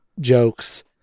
jokes